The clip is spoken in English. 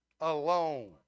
alone